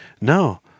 no